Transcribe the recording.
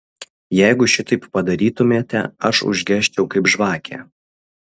jeigu šitaip padarytumėte aš užgesčiau kaip žvakė